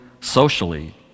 socially